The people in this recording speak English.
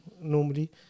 normally –